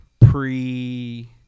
pre